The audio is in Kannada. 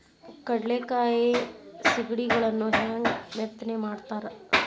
ಕಡಲೆಕಾಯಿ ಸಿಗಡಿಗಳನ್ನು ಹ್ಯಾಂಗ ಮೆತ್ತನೆ ಮಾಡ್ತಾರ ರೇ?